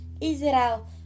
Israel